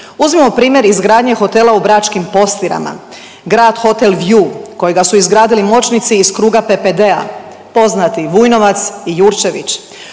Uzmimo primjer izgradnje hotela u Bračkim Postirama, Grand Hotel Wiew kojega su izgradili moćnici iz kruga PPD-a poznati Vujnovac i Jurčević.